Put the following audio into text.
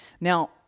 Now